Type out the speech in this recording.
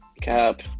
Cap